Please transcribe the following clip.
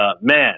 man